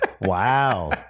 Wow